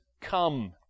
come